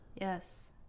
Yes